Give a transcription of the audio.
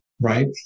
right